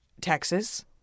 Texas